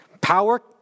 power